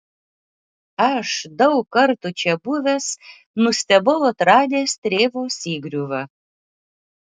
aš daug kartų čia buvęs nustebau atradęs strėvos įgriuvą